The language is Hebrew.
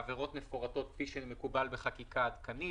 העבירות מפורטות כפי שמקובל בחקיקה עדכנית.